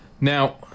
Now